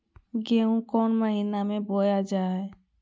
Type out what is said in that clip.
गेहूँ कौन महीना में बोया जा हाय?